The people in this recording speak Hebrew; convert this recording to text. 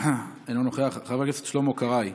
אינו נוכח, חבר הכנסת שלמה קרעי,